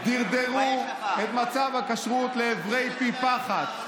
דרדרו את מצב הכשרות לעברי פי פחת.